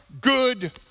good